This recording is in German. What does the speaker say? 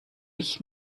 ich